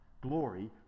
glory